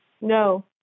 No